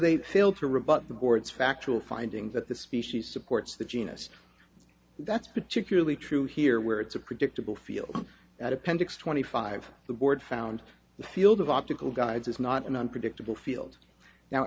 they fail to rebut the board's factual finding that the species supports the genus that's particularly true here where it's a predictable feel that appendix twenty five the board found the field of optical guides is not an unpredictable field now